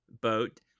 boat